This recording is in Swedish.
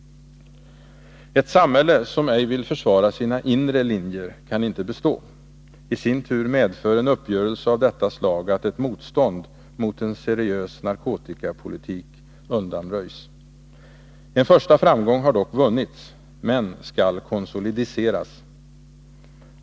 Ett samhälle som ej vill försvara sina inre linjer kan inte bestå. I sin tur medför en uppgörelse av detta slag att ett motstånd mot en seriös narkotikapolitik undanröjs. En första framgång har dock vunnits men skall konsolideras.